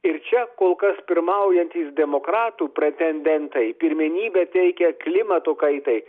ir čia kol kas pirmaujantys demokratų pretendentai pirmenybę teikia klimato kaitai